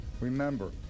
Remember